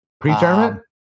Pre-tournament